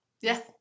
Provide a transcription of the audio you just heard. Yes